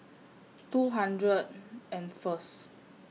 two hundred and First